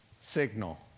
Signal